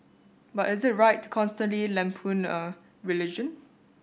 but is it right constantly lampoon a religion